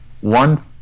one